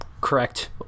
correct